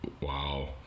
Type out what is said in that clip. Wow